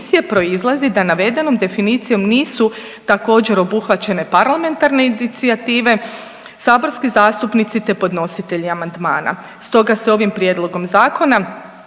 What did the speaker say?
proizlazi da navedenom definicijom nisu također obuhvaćene parlamentarne inicijative, saborski zastupnici, te podnositelji amandmana. Stoga se ovim prijedlogom zakona